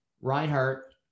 Reinhardt